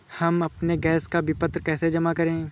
हम अपने गैस का विपत्र कैसे जमा करें?